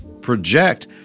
project